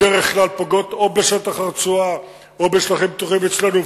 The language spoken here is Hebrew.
בדרך כלל פוגעות או בשטח הרצועה או בשטחים פתוחים אצלנו,